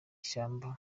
shyamba